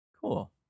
Cool